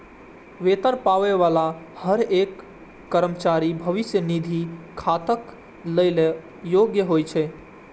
वेतन पाबै बला हरेक कर्मचारी भविष्य निधि खाताक लेल योग्य होइ छै